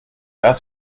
das